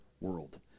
world